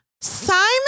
Simon